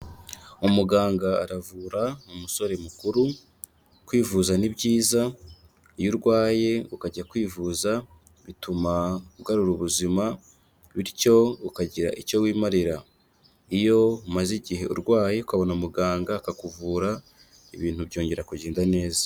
Umuganga aravura umusore mukuru, kwivuza ni ibyiza, iyo urwaye ukajya kwivuza bituma ugarura ubuzima bityo ukagira icyo wimarira, iyo umaze igihe urwaye ukabona muganga akakuvura, ibintu byongera kugenda neza.